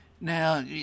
Now